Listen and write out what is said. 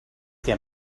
get